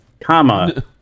comma